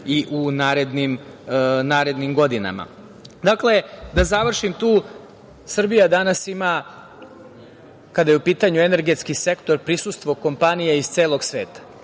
i u narednim godinama. Da završim tu, Srbija danas ima, kada je u pitanju energetski sektor, prisustvo kompanija iz celog sveta,